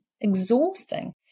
exhausting